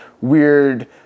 weird